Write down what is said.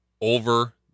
over